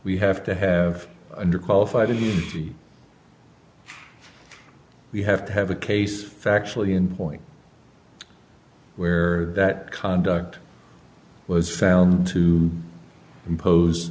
we have to have under qualified and we have to have a case factually and point where that conduct was found to impose